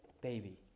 baby